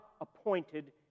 appointed